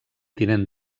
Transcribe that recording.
tinent